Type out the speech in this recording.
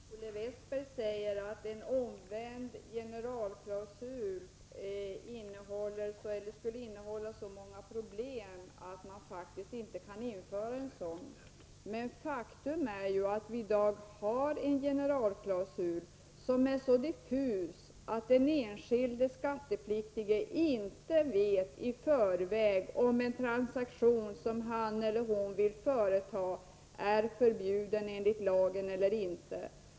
Herr talman! Olle Westberg säger att en omvänd generalklausul skulle innebära så många problem att man faktiskt inte kan införa en sådan. Men faktum är ju att vi i dag har en generalklausul som är så diffus att den enskilde skattskyldige inte i förväg vet om en transaktion som han eller hon vill företa är förbjuden enligt lagen eller inte.